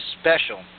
special